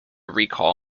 recall